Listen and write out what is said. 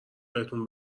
بهتون